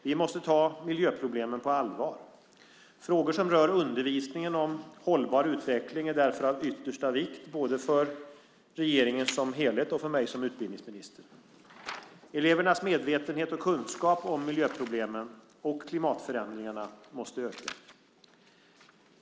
Vi måste ta miljöproblemen på allvar. Frågor som rör undervisningen om hållbar utveckling är därför av yttersta vikt, både för regeringen som helhet och för mig som utbildningsminister. Elevernas medvetenhet och kunskap om miljöproblemen och klimatförändringarna måste öka.